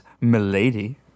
milady